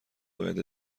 باید